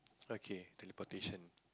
okay teleportation